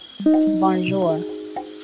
Bonjour